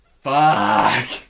fuck